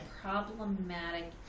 Problematic